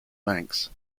banks